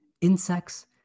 insects